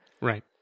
right